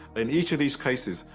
in each of these cases,